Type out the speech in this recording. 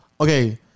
Okay